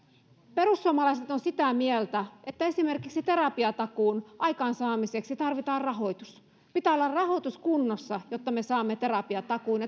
perussuomalaiset ovat sitä mieltä että esimerkiksi terapiatakuun aikaansaamiseksi tarvitaan rahoitus pitää olla rahoitus kunnossa jotta me saamme terapiatakuun